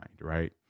right